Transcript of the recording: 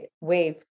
wave